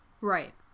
right